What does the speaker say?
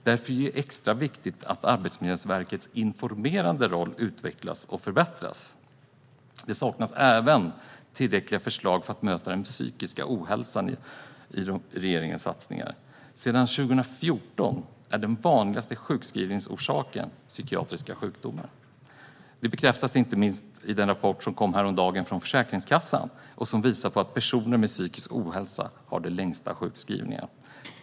Därför är det extra viktigt att Arbetsmiljöverkets informerande roll utvecklas och förbättras. Det saknas även tillräckliga förslag i regeringens satsningar för att bemöta den psykiska ohälsan. Sedan 2014 är den vanligaste sjukskrivningsorsaken psykiatriska sjukdomar. Det bekräftas inte minst i den rapport som kom från Försäkringskassan häromdagen och som visar på att personer med psykisk ohälsa har de längsta sjukskrivningarna.